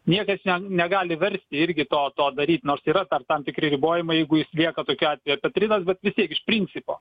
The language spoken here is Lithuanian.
niekas negali versti irgi to to daryt nors yra tar tam tikri ribojimai jeigu jis lieka tokiu atveju apatridas bet vis tiek iš principo